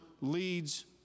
leads